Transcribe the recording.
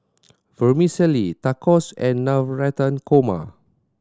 Vermicelli Tacos and Navratan Korma